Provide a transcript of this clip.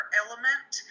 element